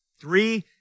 three